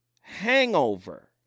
hangover